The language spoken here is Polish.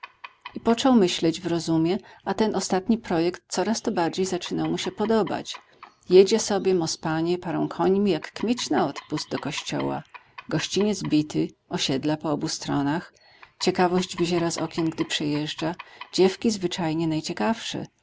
i począł myśleć w rozumie a ten ostatni projekt coraz to bardziej zaczynał mu się podobać jedzie sobie mospanie parą końmi jak kmieć na odpust do kościoła gościniec bity osiedla po obu stronach ciekawość wyziera z okien gdy przejeżdża dziewki zwyczajnie najciekawsze